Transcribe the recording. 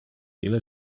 ille